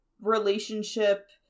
relationship